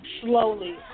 Slowly